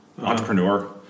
entrepreneur